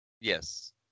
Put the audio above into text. Yes